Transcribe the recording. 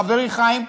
חברי חיים,